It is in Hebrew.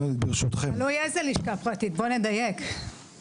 תלוי באיזו לשכה פרטית, בואו נדייק.